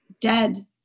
dead